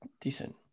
Decent